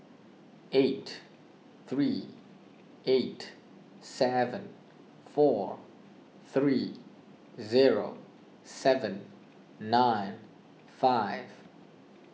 eight three eight seven four three zero seven nine five